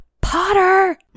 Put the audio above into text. Potter